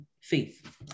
faith